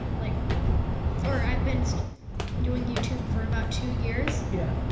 like or i've been so doing youtube for about two years. yeah.